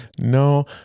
No